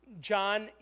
John